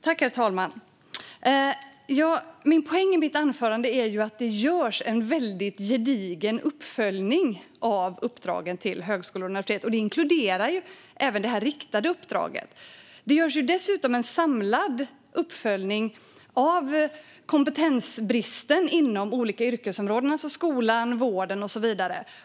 Herr talman! Poängen i mitt anförande är att det görs en väldigt gedigen uppföljning av uppdragen till högskolor och universitet, som även inkluderar det riktade uppdraget. Dessutom görs en samlad uppföljning av kompetensbristen inom olika yrkesområden - skolan, vården och så vidare.